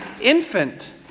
infant